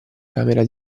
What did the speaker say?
camera